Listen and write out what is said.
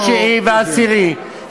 התשיעי והעשירי.